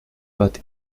but